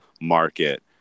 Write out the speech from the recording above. market